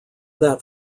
that